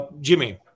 Jimmy